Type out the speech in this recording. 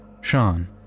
Sean